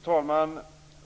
talman!